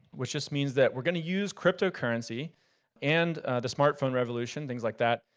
which just means that we're gonna use cryptocurrency and the smartphone revolution, things like that,